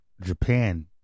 Japan